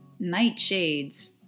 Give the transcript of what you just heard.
nightshades